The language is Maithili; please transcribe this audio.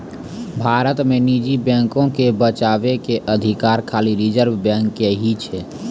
भारत मे निजी बैको के बचाबै के अधिकार खाली रिजर्व बैंक के ही छै